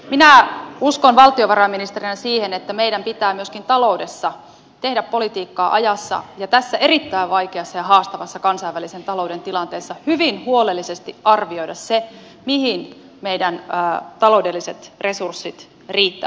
minä uskon valtiovarainministerinä siihen että meidän pitää myöskin taloudessa tehdä politiikkaa ajassa ja tässä erittäin vaikeassa ja haastavassa kansainvälisen talouden tilanteessa hyvin huolellisesti arvioida se mihin meidän taloudelliset resurssimme riittävät